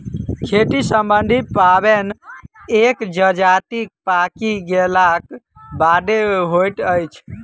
खेती सम्बन्धी पाबैन एक जजातिक पाकि गेलाक बादे होइत अछि